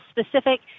specific